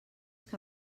que